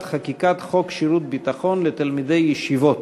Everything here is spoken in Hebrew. חקיקת חוק שירות ביטחון לתלמידי ישיבות.